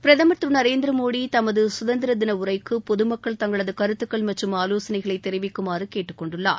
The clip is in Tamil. பிரதமர் திரு நரேந்திர மோடி தமது குதந்திரதின உரைக்கு பொது மக்கள் தங்களது கருத்துக்கள் மற்றும் ஆலோசனைகளை தெரிவிக்குமாறு கேட்டுக் கொண்டுள்ளார்